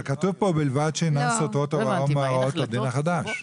אבל כתוב פה 'ובלבד שאינן סותרות הוראה מהוראות הדין חדש'.